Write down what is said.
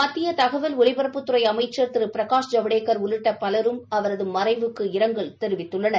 மத்திய தகவல் ஒலிபரப்புத்துறை அமைச்சா் திரு பிரகாஷ் ஜவடேக்கா் உள்ளிட்ட பலரும் அவரது மறைவுக்கு இரங்கல் தெரிவித்துள்ளனர்